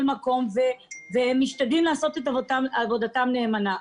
והם משתדלים לעשות את עבודתם נאמנה.